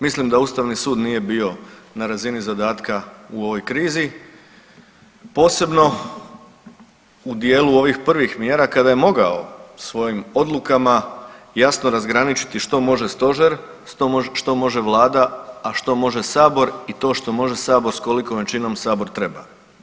Mislim da Ustavni sud nije bio na razini zadatka u ovoj krizi posebno u dijelu ovih prvih mjera kada je mogao svojim odlukama jasno razgraničiti što može Stožer, što može Vlada, a što može Sabor i to što može Sabor s kolikom većinom Sabor treba.